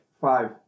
Five